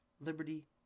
liberty